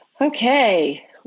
Okay